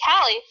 Callie